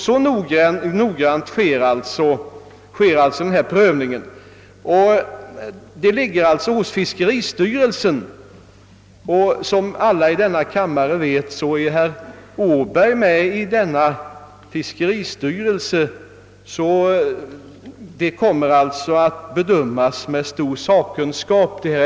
Så noggrant sker alltså denna prövning. Som alla i denna kammare vet är herr Åberg medlem av fiskeristyrelsen, och ärendet kommer alltså att bedömas med stor sakkunskap.